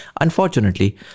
Unfortunately